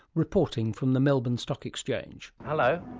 reporting from the melbourne stock exchange. hello,